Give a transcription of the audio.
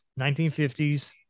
1950s